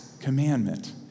commandment